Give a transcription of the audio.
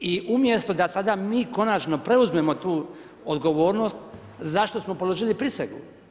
I umjesto da sada mi konačno preuzmemo tu odgovornost, za što smo položili prisegu?